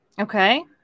Okay